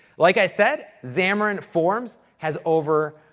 like i said, xamarin forms has over,